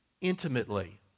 intimately